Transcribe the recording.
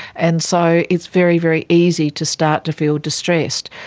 and so it's very, very easy to start to feel distressed.